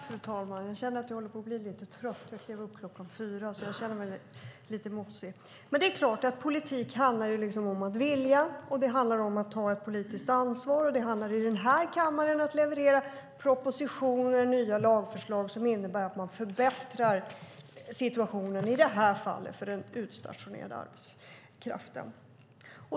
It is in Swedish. Fru talman! Jag känner att jag håller på att bli lite trött. Jag klev upp kl. 4, så jag känner mig lite mosig. Men det är klart att politik handlar om att vilja och om att ta ett politiskt ansvar. Det handlar i den här kammaren om att leverera propositioner och nya lagförslag som innebär att man förbättrar situationen, i det här fallet för den utstationerade arbetskraften.